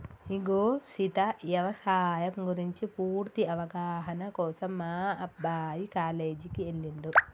ఇగో సీత యవసాయం గురించి పూర్తి అవగాహన కోసం మా అబ్బాయి కాలేజీకి ఎల్లిండు